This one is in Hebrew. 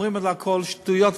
אומרים על הכול שטויות והבלים,